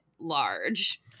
large